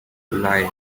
lie